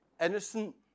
innocent